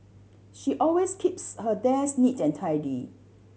she always keeps her desk neat and tidy